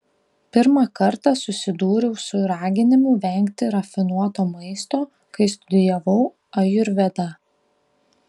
pirmą kartą susidūriau su raginimu vengti rafinuoto maisto kai studijavau ajurvedą